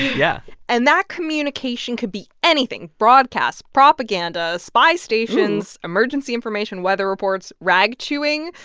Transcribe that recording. yeah and that communication could be anything broadcasts propaganda spy stations emergency information weather reports rag-chewing,